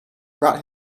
brought